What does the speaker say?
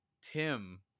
Tim